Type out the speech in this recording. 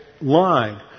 line